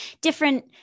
different